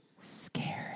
scary